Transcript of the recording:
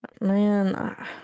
Man